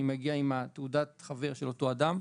אני מגיע עם תעודת החבר של אותו אדם.